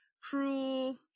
cruel